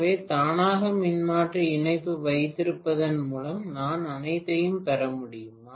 எனவே தானாக மின்மாற்றி இணைப்பு வைத்திருப்பதன் மூலம் நான் அனைத்தையும் பெற முடியும்